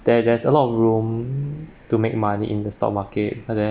there there's a lot of room to make money in the stock market but then